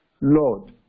Lord